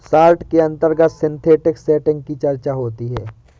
short के अंतर्गत synthetic setting की चर्चा होती है